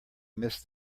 missed